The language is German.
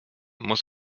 muss